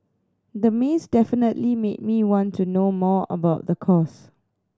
the maze definitely made me want to know more about the course